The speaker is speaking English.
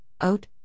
oat